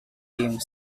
deemed